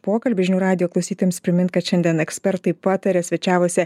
pokalbį žinių radijo klausytojams primint kad šiandien ekspertai pataria svečiavosi